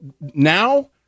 now